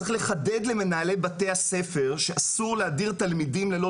צריך לחדד למנהלי בתי הספר שאסור להדיר תלמידים ללא